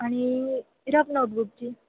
आणि रफ नोटबुकची